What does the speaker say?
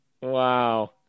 Wow